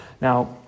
Now